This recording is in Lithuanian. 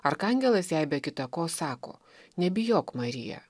arkangelas jai be kita ko sako nebijok marija